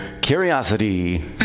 Curiosity